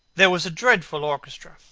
there was a dreadful orchestra,